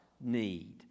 need